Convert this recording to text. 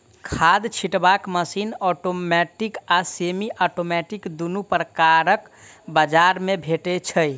खाद छिटबाक machine automatic आ सेमी औटोमेटिक दुनू प्रकारक बजार मे भेटै छै